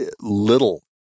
little